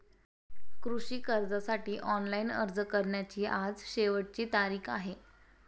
कृषी कर्जासाठी ऑनलाइन अर्ज करण्याची आज शेवटची तारीख आहे